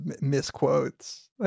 misquotes